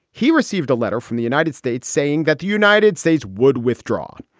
he received a letter from the united states saying that the united states would withdraw.